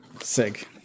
Sig